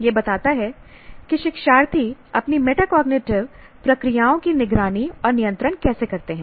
यह बताता है कि शिक्षार्थी अपनी मेटाकोग्निटिव प्रक्रियाओं की निगरानी और नियंत्रण कैसे करते हैं